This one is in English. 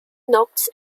notes